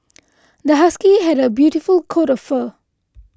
this husky has a beautiful coat of fur